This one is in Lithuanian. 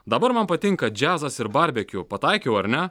dabar man patinka džiazas ir barbekiu pataikiau ar ne